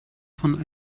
von